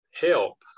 help